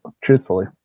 Truthfully